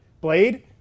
Blade